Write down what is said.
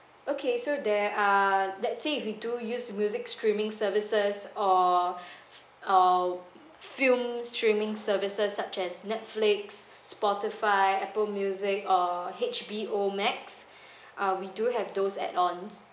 okay so there are let's say if you do use music streaming services or or film streaming services such as netflix spotify apple music or H_B_O max uh we do have those add ons